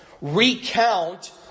recount